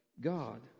God